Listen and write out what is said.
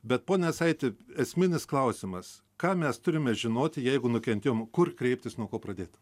bet pone jasaiti esminis klausimas ką mes turime žinoti jeigu nukentėjom kur kreiptis nuo ko pradėt